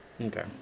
okay